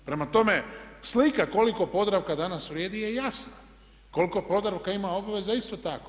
Prema tome, slika koliko Podravka danas vrijedi je jasna, koliko Podravka ima obaveza isto tako.